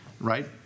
Right